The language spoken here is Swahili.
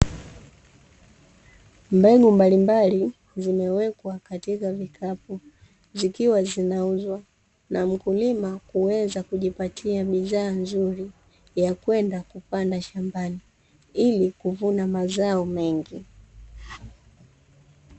Mbegu mbalimbali zimewekwa katika vikapu, zikiwa zinauzwa na mkulima kuweza kujipatia bidhaa nzuri ya kwenda kupanda shambani ili kuvuna mazao mengi.